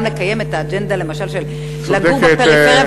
לקיים את האג'נדה למשל של לגור בפריפריה,